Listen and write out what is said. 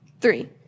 Three